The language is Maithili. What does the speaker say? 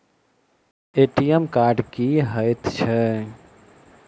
ए.टी.एम कार्ड की हएत छै?